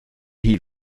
heat